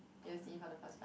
you see for the first time